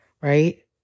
Right